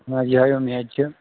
نہ یِہَے اُمید چھِ